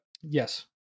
Yes